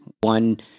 one